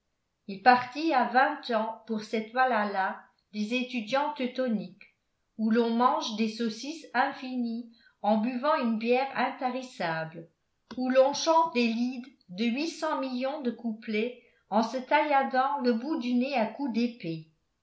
il partit à vingt ans pour cette walhalla des étudiants teutoniques où l'on mange des saucisses infinies en buvant une bière intarissable où l'on chante des lieds de huit cents millions de couplets en se tailladant le bout du nez à coups d'épée